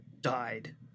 died